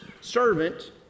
servant